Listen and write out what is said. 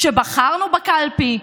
שבחרנו בקלפי,